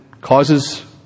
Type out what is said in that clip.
causes